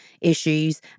issues